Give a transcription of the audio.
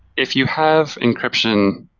if you have encryption,